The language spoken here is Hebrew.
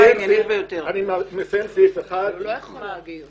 אבל הוא לא יכול להגיד.